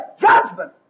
judgment